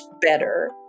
better